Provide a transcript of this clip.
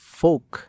folk